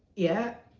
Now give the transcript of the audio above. yeah,